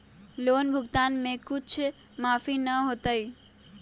Loan भुगतान में कुछ माफी न होतई?